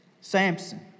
Samson